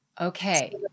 Okay